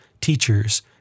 teachers